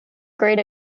great